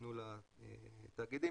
שניתנו לתאגידים,